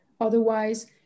Otherwise